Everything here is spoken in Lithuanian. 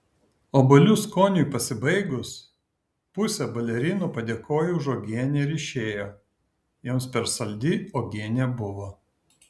obuolių skoniui pasibaigus pusė balerinų padėkojo už uogienę ir išėjo joms per saldi uogienė buvo